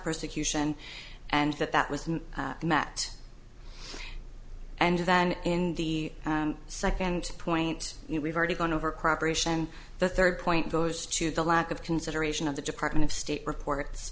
persecution and that that was met and then in the second point we've already gone over cropper ation the third point goes to the lack of consideration of the department of state reports